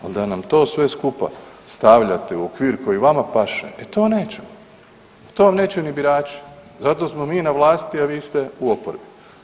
Ali da nam to sve skupa stavljate u okvir koji vama paše, e to nećemo, to vam neće ni birači zato smo mi na vlasti, a vi ste u oporbi.